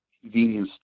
convenience